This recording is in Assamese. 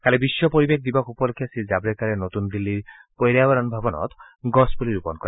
কালি বিশ্ব পৰিৱেশ দিৱস উপলক্ষে শ্ৰীজাভড়েকাৰে নতুন দিল্লীৰ পৰ্য়াবৰণ ভৱনত গছপুলি ৰোপণ কৰে